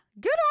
good